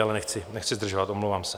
Ale nechci zdržovat, omlouvám se.